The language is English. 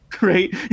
right